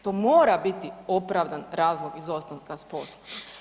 To mora biti opravdan razlog izostanka s posla.